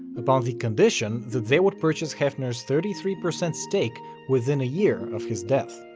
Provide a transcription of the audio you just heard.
upon the condition that they would purchase hefner's thirty three percent stake within a year of his death.